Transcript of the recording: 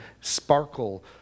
sparkle